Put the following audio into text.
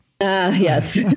yes